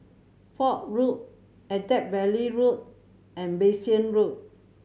Fort Road Attap Valley Road and Bassein Road